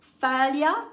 Failure